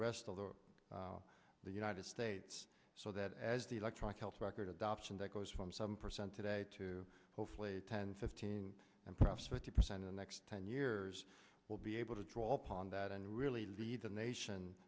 rest of the the united states so that as the electronic health record adoption that goes from some percent today to hopefully ten fifteen and perhaps fifty percent in the next ten years we'll be able to draw upon that and really lead the nation